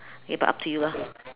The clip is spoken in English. okay but up to you lah